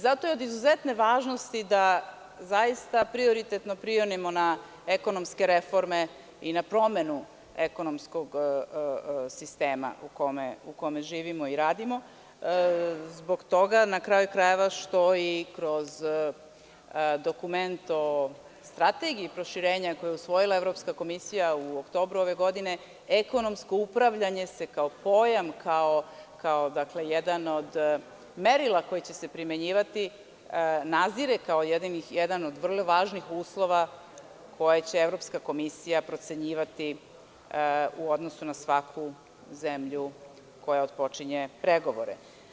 Zato je od izuzetne važnosti da zaista prioritetno prionemo na ekonomske reforme i na promenu ekonomskog sistema u kome živimo i radimo, zbog toga što, na kraju krajeva, kroz dokument o strategiji proširenja, koji usvojila Evropska komisija u oktobru ove godine, ekonomsko upravljanje se kao pojam, kao jedan od merila koja će se primenjivati nazire kao jedan od vrlo važnih uslova koje će Evropska komisija procenjivati u odnosu na svaku zemlju koja otpočinje pregovore.